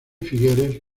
figueres